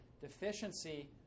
Deficiency